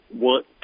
want